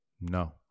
No